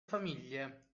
famiglie